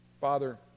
Father